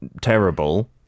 terrible